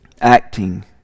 Acting